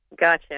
Gotcha